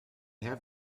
have